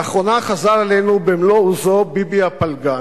לאחרונה חזר אלינו במלוא עוזו ביבי הפלגן,